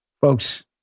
Folks